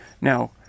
Now